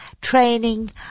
training